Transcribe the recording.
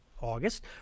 August